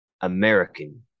american